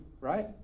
right